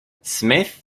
smith